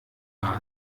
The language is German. war